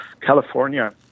California